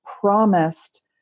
promised